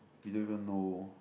we don't even know